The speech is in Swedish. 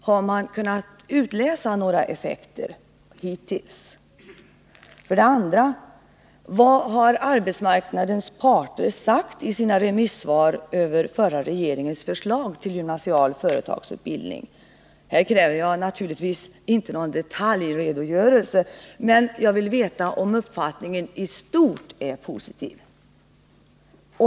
Har man kunnat utläsa några effekter hittills? För det andra: Vad har arbetsmarknadens parter sagt i sina remissvar över förra regeringens förslag till gymnasial företagsutbildning? Här kräver jag naturligtvis inte någon detaljredogörelse, men jag vill veta om uppfattningen i stort är positiv.